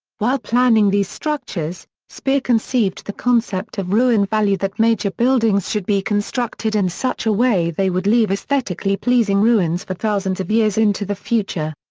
while planning these structures, speer conceived the concept of ruin value that major buildings should be constructed in such a way they would leave aesthetically pleasing ruins for thousands of years into the future.